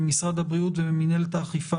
משרד הבריאות ומנהלת האכיפה